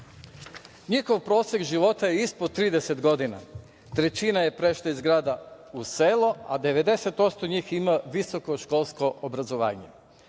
Njihov prosek života je ispod 30 godina, trećina je prešla iz grada u selo a 90% njih ima visokoškolsko obrazovanje.